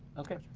okay.